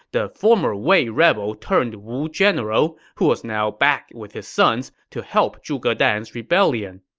the former wei rebel turned wu general who was now back with his sons to help zhuge dan's rebellion.